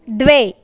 द्वे